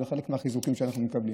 חלק מהחיזוקים שאנחנו מקבלים.